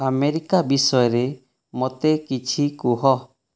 America ବିଷୟରେ ମୋତେ କିଛି କୁହ